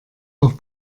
noch